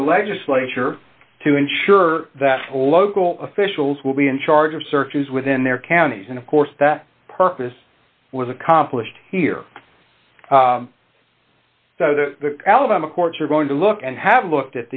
of the legislature to ensure that local officials will be in charge of searches within their counties and of course that purpose was accomplished here so the alabama courts are going to look and have looked